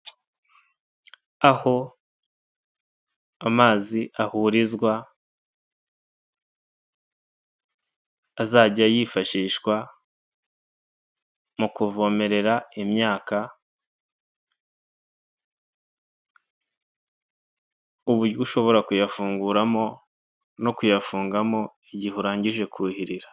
Aho amazi ahurizwa azajya yifashishwa mu kuvomerera imyaka, uburyo ushobora kuyafunguramo no kuyafungamo, igihe urangije kuhirira.